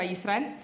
Israel